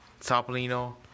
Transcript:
Topolino